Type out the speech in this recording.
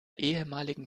ehemaligen